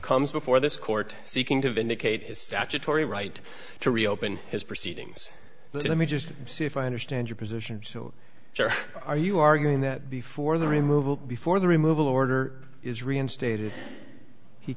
comes before this court seeking to vindicate his statutory right to reopen his proceedings let me just see if i understand your position or are you arguing that before the removal before the removal order is reinstated he